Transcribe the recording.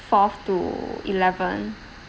fourth to eleventh